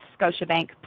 Scotiabank